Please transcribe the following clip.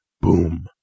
Boom